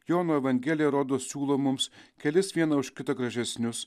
jono evangelija rodos siūlo mums kelis viena už kitą gražesnius